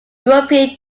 european